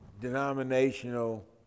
denominational